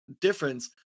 Difference